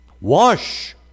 Wash